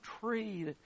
tree